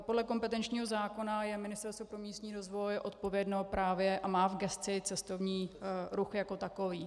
Podle kompetenčního zákona je Ministerstvo pro místní rozvoj odpovědno právě a má v gesci cestovní ruch jako takový.